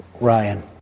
Ryan